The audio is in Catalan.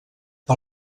per